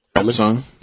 song